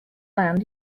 land